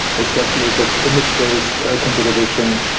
especially if it's image-based computer vision.